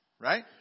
right